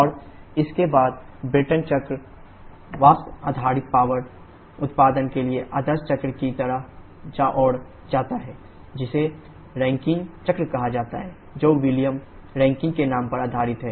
और इसके बाद ब्रेटन चक्र वाष्प आधारित पवर उत्पादन के लिए आदर्श चक्र की ओर जाता है जिसे रैंकिन चक्र कहा जाता है जो विलियम रैंकिन के नाम पर आधारित है